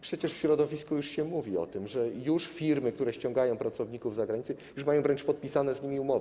Przecież w środowisku już się mówi o tym, że firmy, które ściągają pracowników z zagranicy, już mają wręcz podpisane z nimi umowy.